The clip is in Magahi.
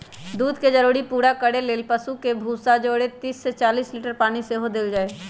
दूध के जरूरी पूरा करे लेल पशु के भूसा जौरे तीस से चालीस लीटर पानी सेहो देल जाय